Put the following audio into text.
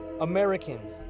Americans